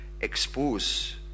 expose